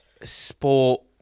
sport